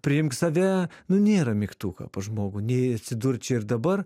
priimk save nu nėra mygtuką pas žmogų nei atsidurt čia ir dabar